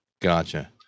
Gotcha